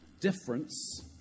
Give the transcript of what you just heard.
difference